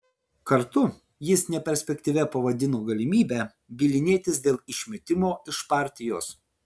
kartu jis neperspektyvia pavadino galimybę bylinėtis dėl išmetimo iš partijos